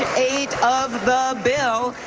eight of the bill,